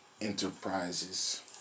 Enterprises